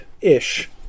ish